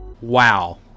Wow